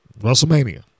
WrestleMania